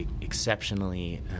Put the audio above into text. exceptionally